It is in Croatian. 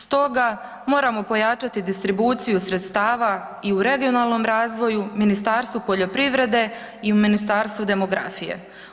Stoga moramo pojačati distribuciju sredstava i u regionalnom razvoju, Ministarstvu poljoprivrede i Ministarstvu demografije.